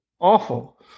awful